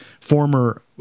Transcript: former